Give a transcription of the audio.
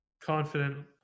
confident